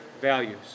values